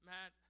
Matt